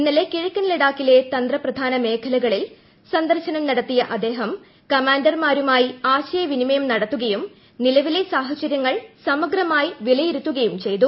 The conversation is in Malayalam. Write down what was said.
ഇന്നലെ കിഴക്കൻ ലഡാക്കിലെ തന്ത്രപ്രധാന മേഖലകളിൽ സന്ദർശനം നടത്തിയ അദ്ദേഹം കമാൻഡർമാരുമായി ആശയവിനിമയം നടത്തുകയും നിലവിലെ സാഹചര്യങ്ങൾ സമഗ്രമായി വിലയിരുത്തുകയും ചെയ്തു